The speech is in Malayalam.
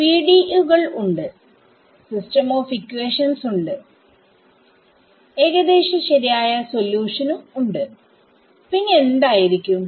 PDE കൾ ഉണ്ട് സിസ്റ്റം ഓഫ് ഇക്വേഷൻസ് ഉണ്ട് ഏകദേശം ശരിയായ സൊല്യൂഷനുംഉണ്ട് പിന്നെ എന്തായിരിക്കും